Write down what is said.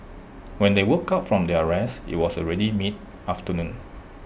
when they woke up from their rest IT was already mid afternoon